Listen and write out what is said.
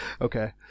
Okay